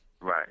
Right